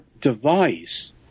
device